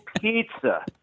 pizza